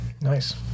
Nice